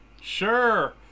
Sure